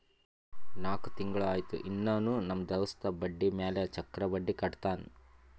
ನಾಕ್ ತಿಂಗುಳ ಆಯ್ತು ಇನ್ನಾನೂ ನಮ್ ದೋಸ್ತ ಬಡ್ಡಿ ಮ್ಯಾಲ ಚಕ್ರ ಬಡ್ಡಿ ಕಟ್ಟತಾನ್